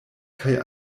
kaj